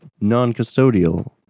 Non-custodial